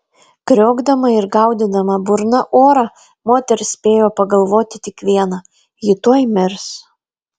kriokdama ir gaudydama burna orą moteris spėjo pagalvoti tik viena ji tuoj mirs